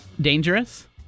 dangerous